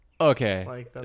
Okay